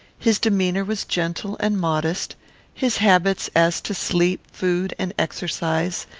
his demeanour was gentle and modest his habits, as to sleep, food, and exercise,